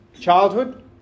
childhood